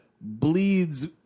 bleeds